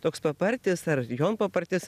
toks papartis ar jonpapartis